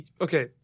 Okay